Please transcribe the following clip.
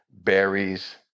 berries